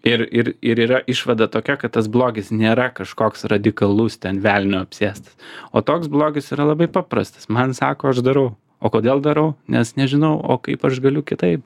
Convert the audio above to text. ir ir ir yra išvada tokia kad tas blogis nėra kažkoks radikalus ten velnio apsėstas o toks blogis yra labai paprastas man sako aš darau o kodėl darau nes nežinau o kaip aš galiu kitaip